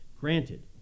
Granted